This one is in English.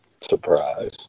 surprise